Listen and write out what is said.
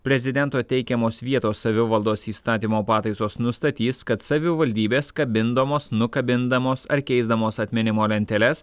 prezidento teikiamos vietos savivaldos įstatymo pataisos nustatys kad savivaldybės kabindamos nukabindamos ar keisdamos atminimo lenteles